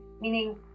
Meaning